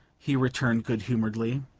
he returned good-humouredly.